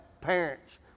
parents